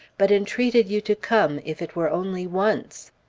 but entreated you to come, if it were only once.